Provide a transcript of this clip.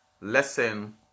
lesson